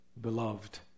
beloved